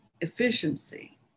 efficiency